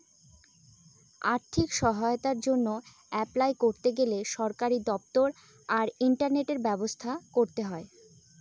আর্থিক সহায়তার জন্য অ্যাপলাই করতে গেলে সরকারি দপ্তর আর ইন্টারনেটের ব্যবস্থা করতে হয়